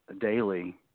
daily